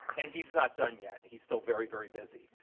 and he's not done yet, he's still very, very busy.